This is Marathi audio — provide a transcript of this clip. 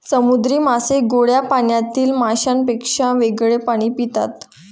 समुद्री मासे गोड्या पाण्यातील माशांपेक्षा वेगळे पाणी पितात